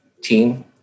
team